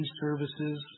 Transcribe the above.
services